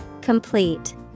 Complete